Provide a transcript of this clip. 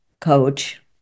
coach